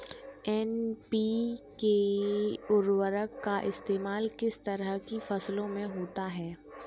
NPK उर्वरक का इस्तेमाल किस तरह की फसलों में होता है?